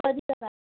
वधीक अथव